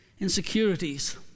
insecurities